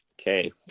Okay